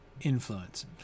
influence